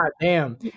goddamn